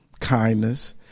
kindness